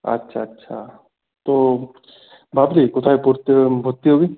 আচ্ছা আচ্ছা তো ভাবলি কোথায় পড়তে ভর্তি হবি